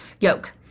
yolk